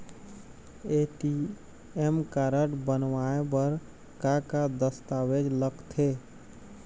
ATM card बनवाए बर का का दस्तावेज लगथे?